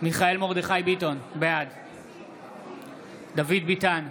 מיכאל מרדכי ביטון, בעד דוד ביטן,